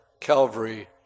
Calvary